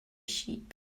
sheep